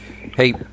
hey